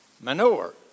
manure